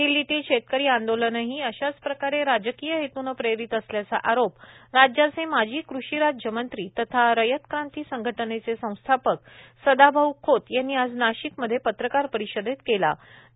दिल्लीतील शेतकरी आंदोलनही अशाच प्रकारे राजकीय हेतूने प्रेरीत असल्याचा आरोप राज्याचे माजी कृषी राज्य मंत्री तथा रयत क्रांती संघटनेचे संस्थापक सदाभाऊ खोत यांनी आज नाशिक मध्ये प्रत्रकार परिषदेत केला आहे